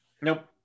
Nope